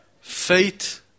faith